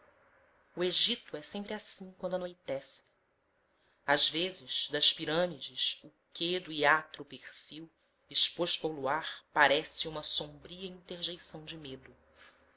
o egito é sempre assim quando anoitece às vezes das pirâmides o quedo e atro perfil exposto ao luar parece uma sombria interjeição de medo